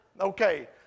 Okay